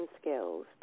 skills